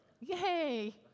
Yay